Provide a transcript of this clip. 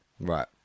Right